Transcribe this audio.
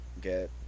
get